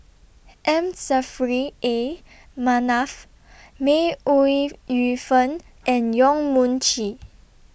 M Saffri A Manaf May Ooi Yu Fen and Yong Mun Chee